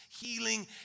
healing